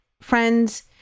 friends